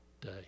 day